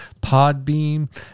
Podbeam